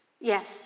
yes